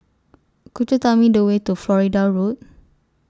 Could YOU Tell Me The Way to Florida Road